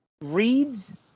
reads